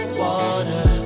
water